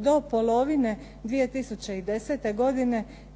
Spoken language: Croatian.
do polovine 2010. godine